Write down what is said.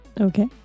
Okay